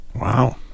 Wow